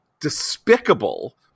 despicable